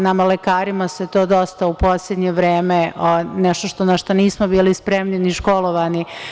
Nama lekarima je to dosta u poslednje vreme nešto na šta nismo bili spremni, ni školovani.